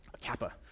kappa